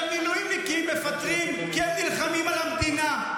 המילואימניקים מפטרים כי הם נלחמים על המדינה.